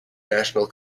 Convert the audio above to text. national